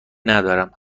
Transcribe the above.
ندارم